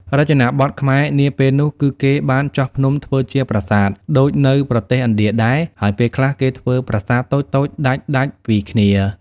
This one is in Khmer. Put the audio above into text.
រចនាបថ ខ្មែរនាពេលនោះ គឺ គេ បានចោះភ្នំធ្វើជា ប្រាសាទ ដូចនៅ ប្រទេស ឥណ្ឌាដែរ ហើយពេលខ្លះគេធ្វើ ប្រាសាទ តូចៗដាច់ៗពីគ្នា ។